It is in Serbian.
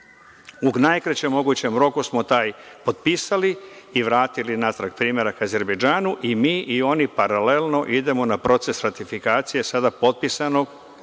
U najkraćem mogućem roku smo taj potpisali i vratili natrag primerak Azerbejdžanu i mi i oni paralelno idemo na proces ratifikacije sada potpisanog Sporazuma